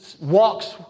walks